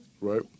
Right